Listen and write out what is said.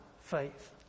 faith